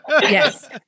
Yes